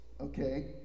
okay